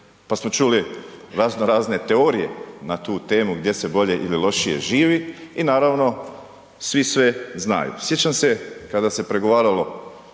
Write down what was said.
Pa smo čuli razno razne teorije na tu temu gdje se bolje ili lošije živi i naravno svi sve znaju. Sjećam se kada se pregovaralo